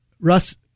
Russ –